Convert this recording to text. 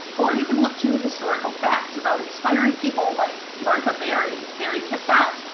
or you could look to historical facts about inspiring people like martha barry, mary cassatt,